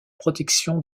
protection